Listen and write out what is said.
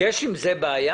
יש עם זה בעיה?